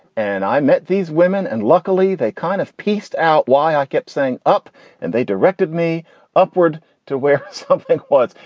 and i met these women and luckily they kind of pieced out why i kept saying up and they directed me upward to where something was.